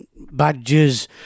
badges